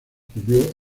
cubrió